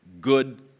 good